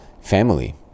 family